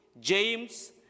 James